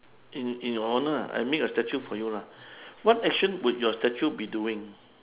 in in your honour ah I make a statue for you ah what action would your statue be doing